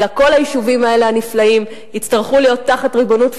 אלא כל היישובים הנפלאים האלה יצטרכו להיות תחת ריבונות פלסטין,